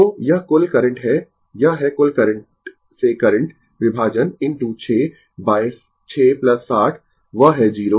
तो यह कुल करंट है यह है कुल करंट से करंट विभाजन इनटू 6 बाय 6 60 वह है 0